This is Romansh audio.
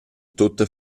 tutta